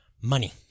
money